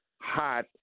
hot